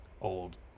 old